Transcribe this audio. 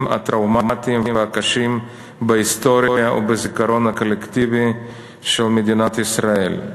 הטראומטיים והקשים בהיסטוריה ובזיכרון הקולקטיבי של מדינת ישראל,